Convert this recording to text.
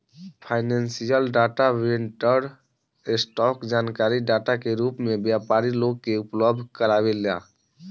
financial data vendor, stock जानकारी data के रूप में व्यापारी लोग के उपलब्ध कारावेला